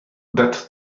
that